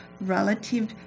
relative